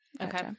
Okay